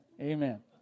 Amen